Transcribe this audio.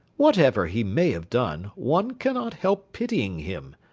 whatever he may have done, one cannot help pitying him.